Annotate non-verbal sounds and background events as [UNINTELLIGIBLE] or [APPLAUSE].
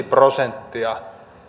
[UNINTELLIGIBLE] prosenttia